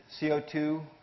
CO2